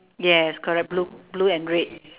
yes correct blue blue and red